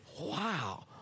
wow